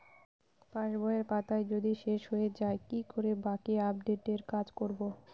পাসবইয়ের পাতা যদি শেষ হয়ে য়ায় কি করে বাকী আপডেটের কাজ করব?